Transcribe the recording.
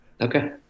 Okay